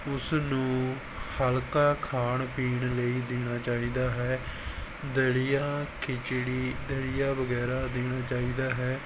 ਉਸ ਨੂੰ ਹਲਕਾ ਖਾਣ ਪੀਣ ਲਈ ਦੇਣਾ ਚਾਹੀਦਾ ਹੈ ਦਲੀਆ ਖਿਚੜੀ ਦਲੀਆ ਵਗੈਰਾ ਦੇਣਾ ਚਾਹੀਦਾ ਹੈ